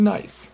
Nice